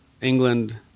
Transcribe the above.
England